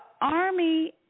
army